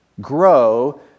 grow